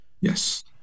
Yes